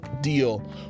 deal